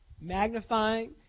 Magnifying